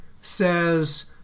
says